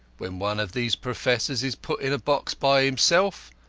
when one of these professors is put in a box by himself,